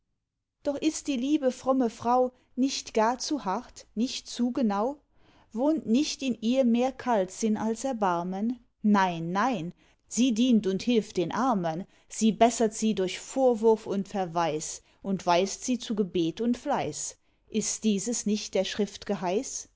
doch ist die liebe fromme frau nicht gar zu hart nicht zu genau wohnt nicht in ihr mehr kaltsinn als erbarmen nein nein sie dient und hilft den armen sie bessert sie durch vorwurf und verweis und weist sie zu gebet und fleiß ist dieses nicht der schrift